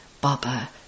Baba